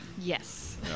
Yes